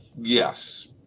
Yes